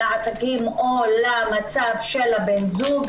לעסקים או למצב של הבן זוג.